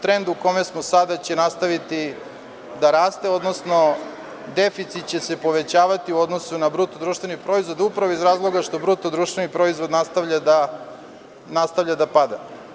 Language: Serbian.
Trend u kome smo sada će nastaviti da raste, odnosno deficit će se povećavati u odnosu na BDP, upravo iz razloga što BDP nastavlja da pada.